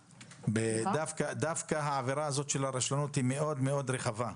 דווקא העבירה הזאת של הרשלנות היא רחבה מאוד,